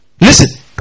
Listen